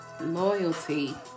Loyalty